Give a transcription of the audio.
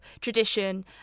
tradition